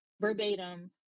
verbatim